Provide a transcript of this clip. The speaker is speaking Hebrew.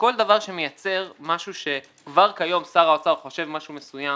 שכל דבר שמייצר משהו שכבר כיום שר האוצר חושב משהו מסוים